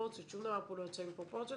שום דבר פה לא יוצא מפרופורציות